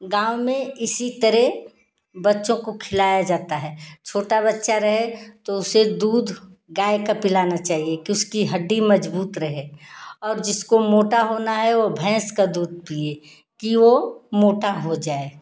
गाँव में इसी तरह बच्चों को खिलाया जाता है छोटा बच्चा रहे तो उसे दूध गाय का पिलाना चाहिए कि उसकी हड्डी मजबूत रहे और जिसको मोटा होना है वो भैंस का दूध पिए कि वो मोटा हो जाए